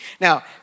Now